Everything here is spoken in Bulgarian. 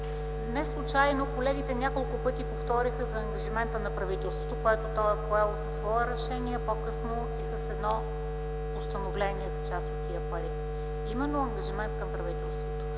неслучайно колегите няколко пъти повториха за ангажимента на правителството, който то е поело със свое решение, по-късно и с едно постановление за част от тези пари – именно ангажимент на правителството.